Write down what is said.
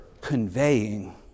conveying